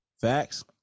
Facts